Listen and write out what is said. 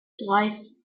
drei